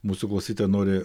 mūsų klausytoja nori